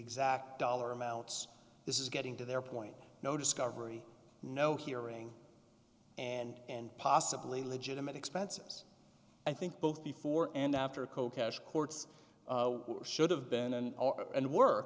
exact dollar amounts this is getting to their point no discovery no hearing and possibly legitimate expenses i think both before and after cold cash courts should have been and and work